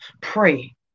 Pray